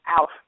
out